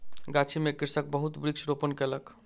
गाछी में कृषक बहुत वृक्ष रोपण कयलक